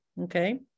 okay